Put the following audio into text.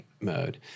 mode